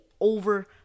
over